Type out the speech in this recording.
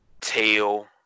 Tail